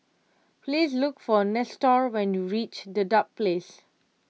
please look for Nestor when you reach Dedap Place